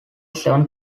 seven